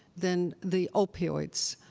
than the opioids.